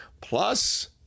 Plus